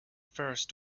first